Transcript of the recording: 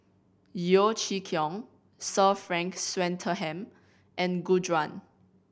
Yeo Chee Kiong Sir Frank Swettenham and Gu Juan